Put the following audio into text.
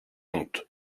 honte